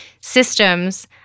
systems